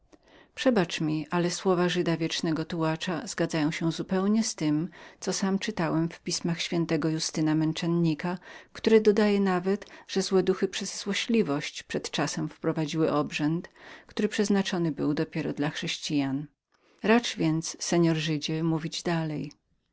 przebacz mi ale słowa żyda wiecznego tułacza zgadzają się zupełnie z tem co sam czytałem w pismach ś justyna męczennika który dodaje nawet że złe duchy tylko mogły wprzódy wprowadzić obrzęd do jakiego sami chrześcijanie mają wyłączne prawo racz więc seor żydzie mówić dalej